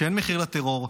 שאין מחיר לטרור,